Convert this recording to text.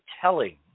telling